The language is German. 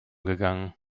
gegangen